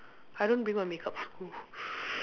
I don't bring my makeup to school